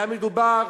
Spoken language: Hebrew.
היה מדובר